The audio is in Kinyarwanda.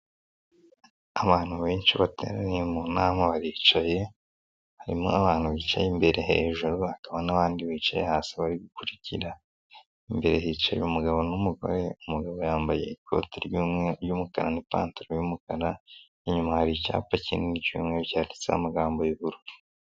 Abantu benshi bateraniye mu nama baricaye harimo abantu bicaye imbere hejuru bakaba n'abandi bicaye hasi bari gukurikira, imbere hicaye umugabo n'umugore umugabo yambaye ikoti' ry'umukara n'ipantaro y'umukara inyuma hari icyapa kinini cy'umweru cyaditseho amagambo y'ubururu.